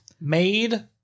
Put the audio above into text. Made